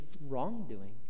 wrongdoing